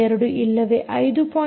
2 ಇಲ್ಲವೇ 5